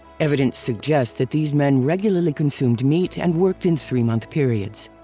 evidence suggests that these men regularly consumed meat and worked in three-month periods.